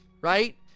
right